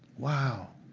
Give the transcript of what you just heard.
wow.